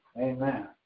Amen